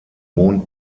mond